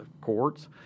courts